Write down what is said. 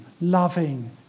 loving